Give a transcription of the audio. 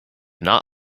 not